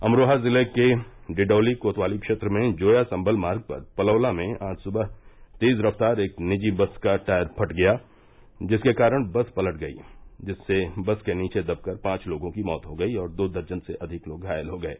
अमरोहा जिले के डिडौली कोतवाली क्षेत्र में जोया सम्भल मार्ग पर पलौला में आज सुबह तेज रफ्तार एक निजी बस का टायर फट गया जिसके कारण बस पलट गयी जिससे बस के नीचे दबकर पांच लोगों की मौत हो गयी और दो दर्जन से अधिक लोग घायल हो गये